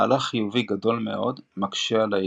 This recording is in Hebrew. מהלך חיובי גדול מאד מקשה על ההיגוי.